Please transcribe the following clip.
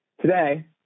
Today